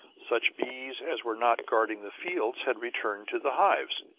such bees as were not guarding the fields had returned to the hives.